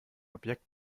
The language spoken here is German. objekt